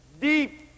deep